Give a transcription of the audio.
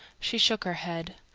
she shook her head.